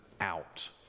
out